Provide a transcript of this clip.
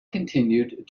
continued